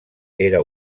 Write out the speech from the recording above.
era